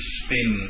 spin